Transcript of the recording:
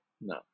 no